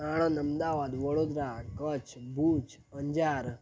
Anand Ahmedabad Vadodara Kutch Bhuj Anjar